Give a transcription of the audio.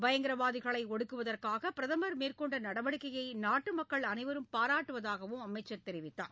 பயங்கரவாதிகளை ஒடுக்குவதற்காக பிரதமர் மேற்கொண்ட நடவடிக்கையை நாட்டுமக்கள் அனைவரும் பாராட்டுவதாகவும் அமைச்சர் தெரிவித்தார்